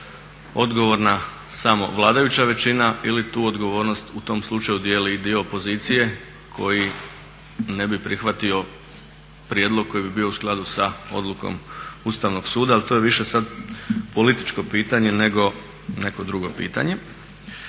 odgovorna samo vladajuća većina ili tu odgovornost u tom slučaju dijeli i dio opozicije koji ne bi prihvatio prijedlog koji bi bio u skladu sa odlukom Ustavnog suda, ali to je više sada političko pitanje nego neko drugo pitanje.